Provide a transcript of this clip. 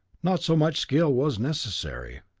not so much skill was necessary.